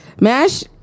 MASH